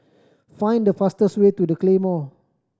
find the fastest way to The Claymore